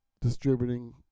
distributing